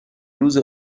روز